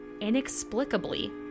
inexplicably